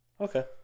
okay